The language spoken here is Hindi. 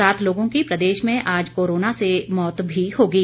सात लोगों की प्रदेश में आज कोरोना से मौत भी हो गई